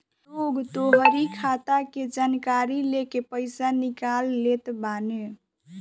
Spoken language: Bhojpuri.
लोग तोहरी खाता के जानकारी लेके पईसा निकाल लेत बाने